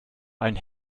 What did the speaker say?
einen